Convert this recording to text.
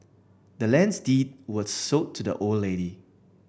the land's deed was sold to the old lady